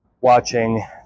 watching